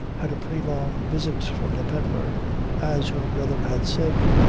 had a pretty long visit from the pedlar as her brother had said,